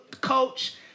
coach